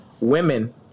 women